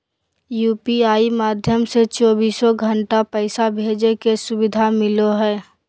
UPI माध्यम से चौबीसो घण्टा पैसा भेजे के सुविधा मिलो हय